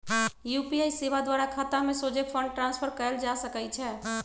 UPI सेवा द्वारा खतामें सोझे फंड ट्रांसफर कएल जा सकइ छै